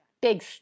big